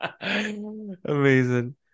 amazing